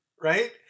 right